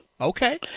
Okay